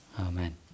Amen